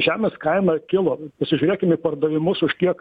žemės kaina kilo pasižiūrėkim į pardavimus už kiek